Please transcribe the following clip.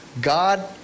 God